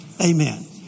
Amen